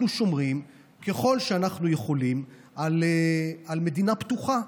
אנחנו שומרים, ככל שאנחנו יכולים, על מדינה פתוחה.